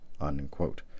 unquote